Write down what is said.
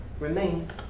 remain